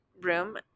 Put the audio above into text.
room